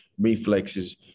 reflexes